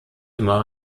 immer